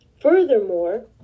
Furthermore